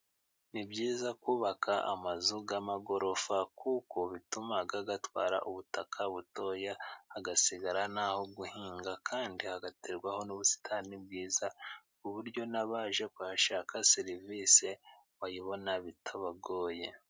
Ni byiza kubaka amazu y'amagorofa, kuko bituma agatwara ubutaka butoya, hagasigara n'aho guhinga, kandi aterwaho n'ubusitani bwiza, ku buryo n'abaje kuhashaka serivisi bayibona bitabagoye.